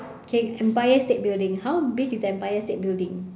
okay empire state building how big is the empire state building